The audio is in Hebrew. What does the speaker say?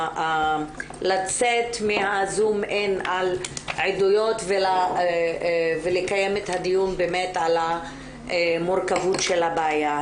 לצאת מהזום-אין על עדויות ולקיים את הדיון באמת על המורכבות של הבעיה.